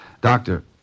Doctor